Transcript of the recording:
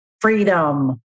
freedom